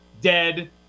dead